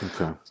Okay